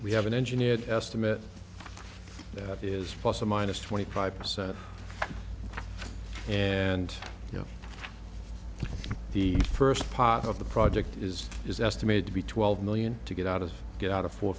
we have an engineer estimate that is fossil minus twenty five percent and you know the first part of the project is is estimated to be twelve million to get out of get out of fo